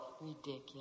Ridiculous